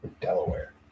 Delaware